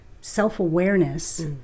self-awareness